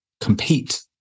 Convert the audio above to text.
compete